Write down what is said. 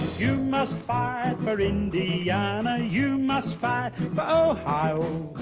you must fight for indiana. you must fight for ohio.